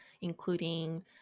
including